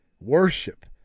Worship